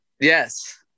yes